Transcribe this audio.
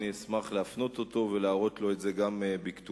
אשמח להפנות אותו ולהראות לו את זה גם בכתובים.